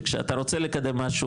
שכשאתה רוצה לקדם משהו,